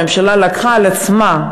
הממשלה לקחה על עצמה,